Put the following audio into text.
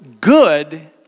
good